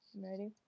Ready